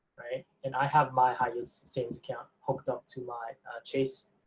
right, and i have my high-yield savings account hooked up to my chase